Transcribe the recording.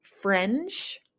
fringe